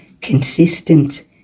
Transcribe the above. consistent